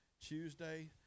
Tuesday